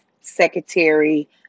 secretary